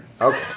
Okay